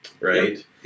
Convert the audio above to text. Right